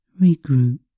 regroup